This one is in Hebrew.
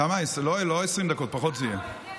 לא 20 דקות, זה יהיה פחות.